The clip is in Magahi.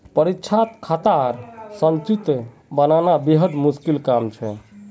परीक्षात खातार संचित्र बनाना बेहद मुश्किल काम छ